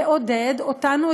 לעודד אותנו,